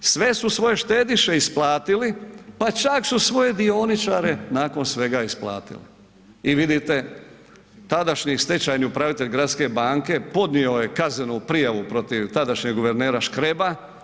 Sve su svoje štediše isplatili, pa čak su svoje dioničare nakon svega isplatili i vidite, tadašnji stečajni upravitelj Gradske banke podnio je kaznenu prijavu protiv tadašnjeg guvernera Škreba.